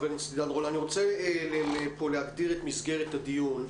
אני רוצה להגדיר את מסגרת הדיון.